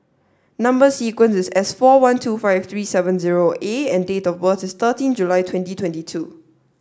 number sequence is S four one two five three seven zero A and date of birth is thirteen July twenty twenty two